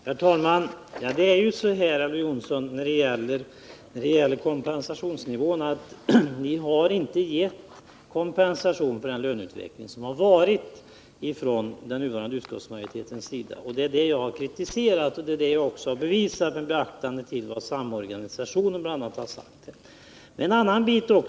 Herr talman! Vad beträffar kompensationsnivån kan sägas att den nuvarande majoriteten inte gett kompensation för den löneutveckling som skett. Det är detta jag har kritiserat, och jag har också bevisat att det förhåller sig så genom att hänvisa till vad samorganisationen bl.a. har sagt.